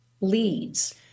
leads